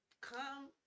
come